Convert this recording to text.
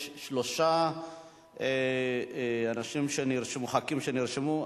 יש שלושה חברי כנסת שנרשמו.